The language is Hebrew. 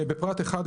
"(ו)בפרט (11),